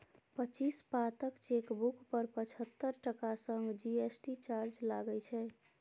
पच्चीस पातक चेकबुक पर पचहत्तर टका संग जी.एस.टी चार्ज लागय छै